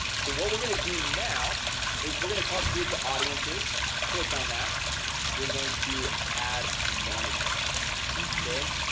so what we're gonna do now is we're gonna come up here to audiences click on that we're going to add manager okay.